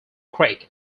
creek